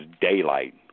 daylight